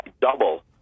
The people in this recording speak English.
double